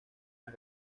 las